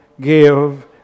give